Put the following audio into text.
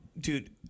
Dude